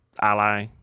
ally